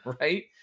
right